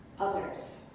others